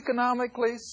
economically